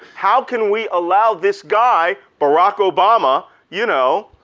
how can we allow this guy, barack obama, you know,